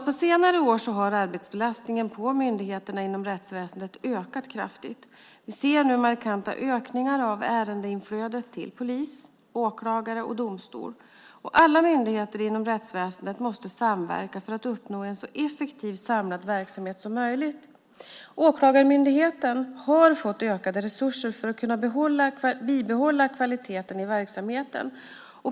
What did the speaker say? På senare år har arbetsbelastningen på myndigheterna inom rättsväsendet ökat kraftigt. Vi ser nu markanta ökningar av ärendeinflödet till polis, åklagare och domstol. Alla myndigheter inom rättsväsendet måste samverka för att uppnå en så effektiv samlad verksamhet som möjligt. Åklagarmyndigheten har fått ökade resurser för att kunna bibehålla kvaliteten i verksamheten.